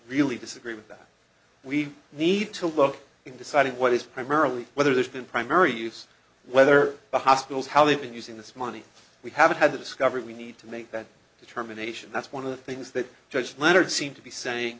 really disagree with that we need to look in deciding what is primarily whether there's been primary use whether the hospitals how they've been using this money we haven't had the discovery we need to make that determination that's one of the things that judge leonard seemed to be saying